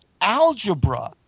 algebra